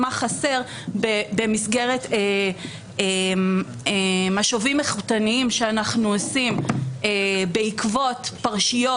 מה חסר במסגרת משובים איכותניים שאנחנו עושים בעקבות פרשיות